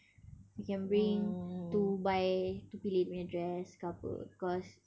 we can bring to buy to pillih dia punya dress ke apa because